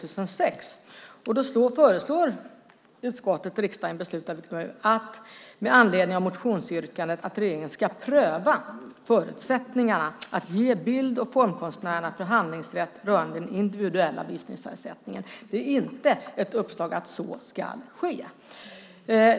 Utskottet föreslår "med anledning av ett motionsyrkande att regeringen ska pröva förutsättningarna för att ge bild och formkonstnärerna förhandlingsrätt rörande den individuella visningsersättningen". Det är inte ett uppdrag att så skall ske.